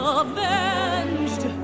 avenged